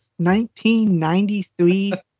1993